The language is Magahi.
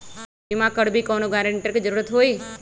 बिमा करबी कैउनो गारंटर की जरूरत होई?